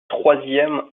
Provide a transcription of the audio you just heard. troisième